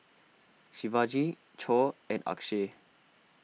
Shivaji Choor and Akshay